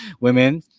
women